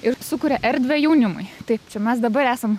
ir sukuria erdvę jaunimui tai čia mes dabar esam